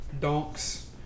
donks